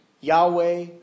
Yahweh